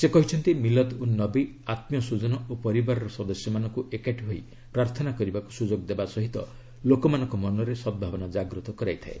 ସେ କହିଛନ୍ତି ମିଲଦ୍ ଉନ୍ ନବୀ ଆତ୍ମୀୟ ସ୍ୱଜନ ଓ ପରିବାରର ସଦସ୍ୟମାନଙ୍କୁ ଏକାଠି ହୋଇ ପ୍ରାର୍ଥନା କରିବାକୁ ସୁଯୋଗ ଦେବା ସହ ଲୋକମାନଙ୍କ ମନରେ ସଦ୍ଭାବନା ଜାଗ୍ରତ କରାଇଥାଏ